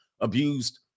abused